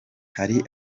hari